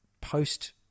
post